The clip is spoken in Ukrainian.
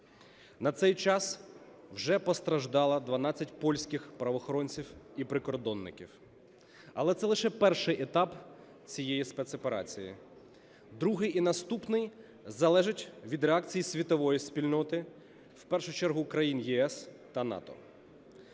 На цей час вже постраждало 12 польських правоохоронців і прикордонників. Але це лише перший етап цієї спецоперації. Другий і наступний залежить від реакції світової спільноти, в першу чергу країн ЄС та НАТО.